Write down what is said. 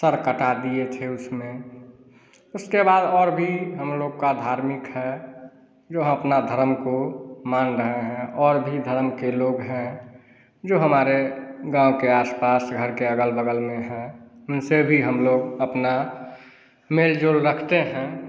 sir कटा दिए थे उसमें उसके बाद और भी हम लोग का धार्मिक है जो अपने धर्म को मान रहे हैं और भी धर्म के लोग हैं जो हमारे गाँव के आस पास घर के अगल बगल में हैं उनसे भी अपना मेल जोल रखते हैं